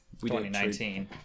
2019